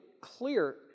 clear